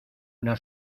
una